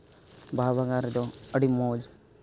ᱵᱟᱦᱟ ᱵᱟᱜᱟᱱ ᱨᱮᱫᱚ ᱟᱹᱰᱤ ᱢᱚᱡᱽ